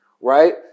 right